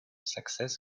success